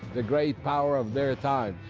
the great power of their time.